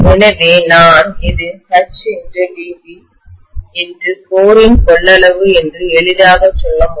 எனவே நான் இது HdB × கோரின் கொள்ளளவு என்று எளிதாகச் சொல்ல முடியும்